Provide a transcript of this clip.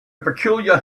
peculiar